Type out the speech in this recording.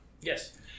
Yes